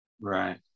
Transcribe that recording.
Right